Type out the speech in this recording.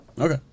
okay